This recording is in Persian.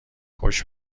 خوش